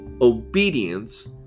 obedience